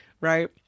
right